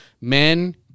men